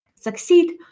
succeed